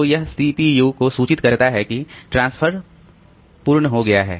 तो यह सीपीयू को सूचित करता है कि ट्रांसफर पूर्ण हो गया है